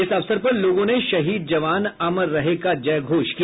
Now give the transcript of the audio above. इस अवसर पर लोगों ने शहीद जवान अमर रहे का जयघोष किया